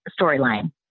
storyline